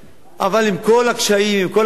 אבל עם כל הקשיים, כל הקשיים,